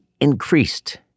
increased